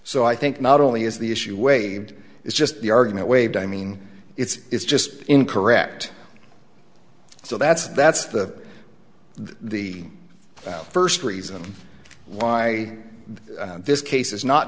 so i think not only is the issue waived it's just the argument waived i mean it's just incorrect so that's that's the the first reason why this case is not